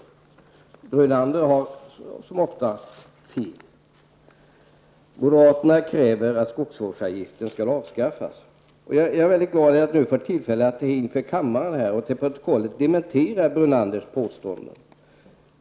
Herr Brunander har som oftast fel. Moderaterna kräver att skogsvårdsavgiften skall avskaffas. Jag är glad över att nu få tillfälle att inför kammarens ledamöter och till protokollet dementera herr Brunanders påståenden.